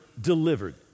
delivered